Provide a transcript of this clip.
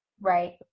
Right